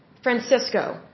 Francisco